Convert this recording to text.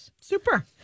Super